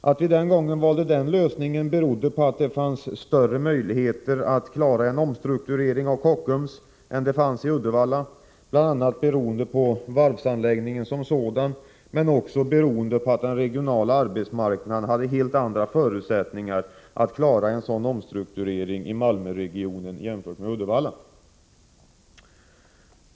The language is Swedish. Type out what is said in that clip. Att vi den gången valde den lösningen berodde på att det fanns större möjligheter att klara en omstrukturering av Kockums än det fanns i Uddevalla, bl.a. beroende på varvsanläggningen som sådan men också beroende på att den regionala arbetsmarknaden hade helt andra förutsättningar att klara en sådan omstrukturering i Malmöregionen än i Uddevallaregionen.